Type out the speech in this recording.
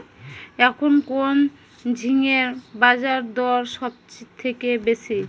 এখন কোন ঝিঙ্গের বাজারদর সবথেকে বেশি?